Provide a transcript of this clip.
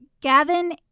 Gavin